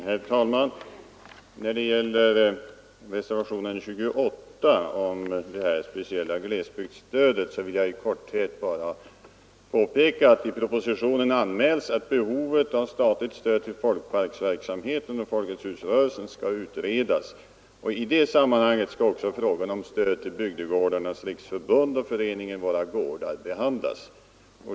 Herr talman! När det gäller reservationen 28 om det speciella glesbygdsstödet vill jag i korthet bara påpeka att i propositionen anmäls att behovet av statligt stöd till folkparksverksamheten och Folkets Husrörelsen skall utredas, och i det sammanhanget skall också frågan om stödet till Bygdegårdarnas riksförbund och Riksföreningen Våra gårdar behandlas.